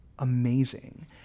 Amazing